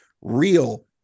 real